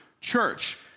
church